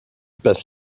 passe